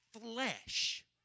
flesh